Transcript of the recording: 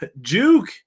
Juke